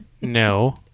No